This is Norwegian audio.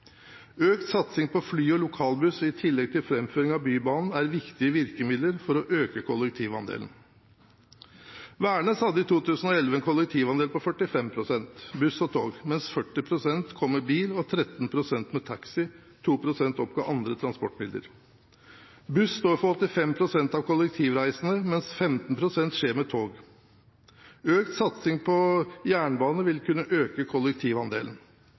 Økt satsing på fly og lokalbuss i tillegg til framføring av Bybanen er viktige virkemidler for å øke kollektivandelen. Værnes hadde i 2011 en kollektivandel på 45 pst., buss og tog, mens 40 pst. kom med bil og 13 pst. med taxi, og 2 pst. oppga andre transportmidler. Buss står for 85 pst. av kollektivreisene, mens 15 pst. skjer med tog. Økt satsing på jernbane vil